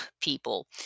people